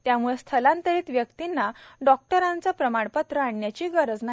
त्यामुळं स्थलांतरित व्यक्तींना डॉक्टरांचे प्रमाणपत्र आणण्याची गरज नाही